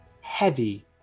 heavy